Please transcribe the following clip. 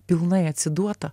pilnai atsiduota